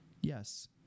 Yes